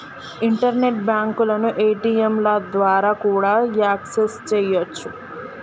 internet బ్యాంకులను ఏ.టీ.యంల ద్వారా కూడా యాక్సెస్ చెయ్యొచ్చు